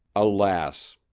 alas!